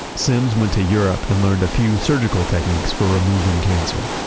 sims went to europe and learned a few surgical techniques for removing cancer.